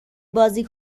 بازی